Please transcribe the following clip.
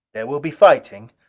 there will be fighting.